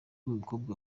umukobwa